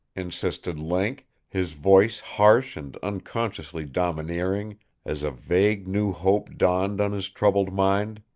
insisted link, his voice harsh and unconsciously domineering as a vague new hope dawned on his troubled mind.